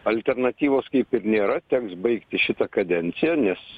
alternatyvos kaip ir nėra teks baigti šitą kadenciją nes